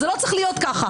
זה לא צריך להיות ככה.